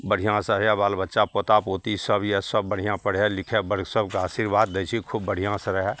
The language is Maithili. बढ़िआँसे यऽ बाल बच्चा पोता पोतीसभ यऽ सभ बढ़िआँ पढ़ै लिखै बड़ सभकेँ आशीर्वाद दै छी खूब बढ़िआँसे रहै